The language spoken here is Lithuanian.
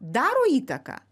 daro įtaką